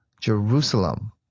Jerusalem